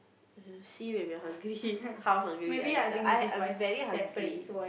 see when you are hungry how hungry you are later I am very hungry